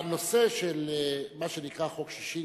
הנושא של מה שנקרא "חוק ששינסקי",